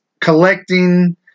collecting